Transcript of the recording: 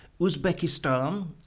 Uzbekistan